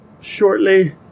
shortly